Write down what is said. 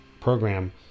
program